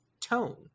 tone